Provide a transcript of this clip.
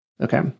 Okay